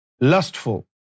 lustful